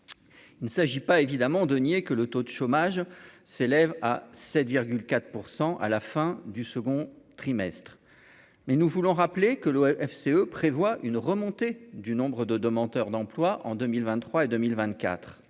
il ne s'agit pas évidemment de nier que le taux de chômage s'élève à 7 4 % à la fin du second trimestre, mais nous voulons rappeler que l'OFCE prévoit une remontée du nombre de demandeurs d'emploi en 2023 et 2024